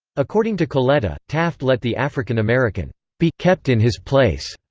according to coletta, taft let the african-american be kept in his place.